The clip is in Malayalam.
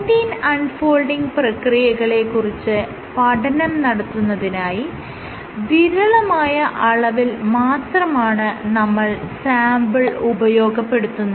പ്രോട്ടീൻ അൺ ഫോൾഡിങ് പ്രക്രിയകളെ കുറിച്ച് പഠനം നടത്തുന്നതിനായി വിരളമായ അളവിൽ മാത്രമാണ് നമ്മൾ സാംപിൾ ഉപയോഗപ്പെടുത്തുന്നത്